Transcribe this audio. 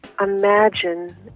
imagine